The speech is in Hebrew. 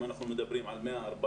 אם אנחנו מדברים על 140,000,